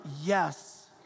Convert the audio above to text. yes